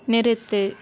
நிறுத்து